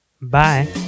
bye